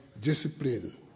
discipline